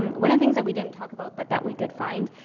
one of the things that we didn't talk about but that we did find,